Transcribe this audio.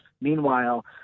Meanwhile